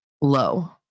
low